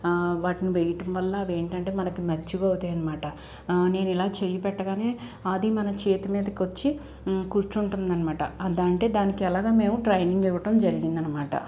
వాటిని వేయటం వల్ల అవేంటంటే మనకి మచ్చిగా అవుతాయనమాట నేను ఇలా చెయ్యి పెట్టగానే అది మన చేతి మీదకి వచ్చి కుర్చుంటుందనమాట అదంటే దానికెలాగో మేము ట్రైనింగ్ ఇవ్వటం జరిగిందనమాట